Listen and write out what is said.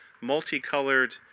multicolored